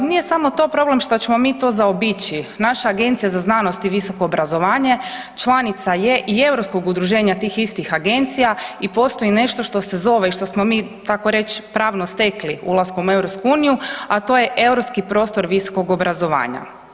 Nije samo to problem što ćemo mi to zaobići, naša Agencija za znanosti i visoko obrazovanje, članica je i europskog udruženja tih istih agencija i postoji nešto što se zove i što smo mi, tako reći, pravno stekli ulaskom u EU, a to je Europski prostor visokog obrazovanja.